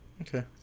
Okay